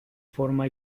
forma